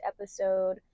episode